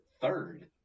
third